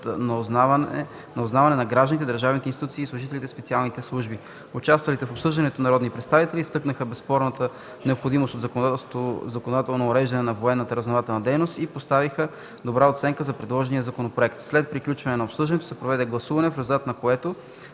на узнаване” за гражданите, държавните институции и служителите в специалните служби. Участвалите в обсъждането народни представители изтъкнаха безспорната необходимост от законодателното уреждане на военната разузнавателна дейност и поставиха добра оценка за предложения законопроект. След приключването на обсъждането се проведе гласуване, в резултат на което